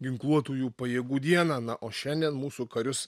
ginkluotųjų pajėgų dieną na o šiandien mūsų karius